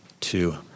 Two